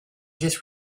just